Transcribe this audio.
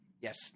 yes